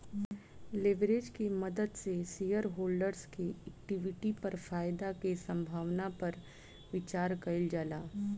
leverage के मदद से शेयरहोल्डर्स के इक्विटी पर फायदा के संभावना पर विचार कइल जाला